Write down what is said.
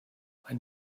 ein